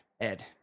Ed